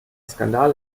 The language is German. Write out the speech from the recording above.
skandal